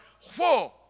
whoa